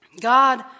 God